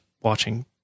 watching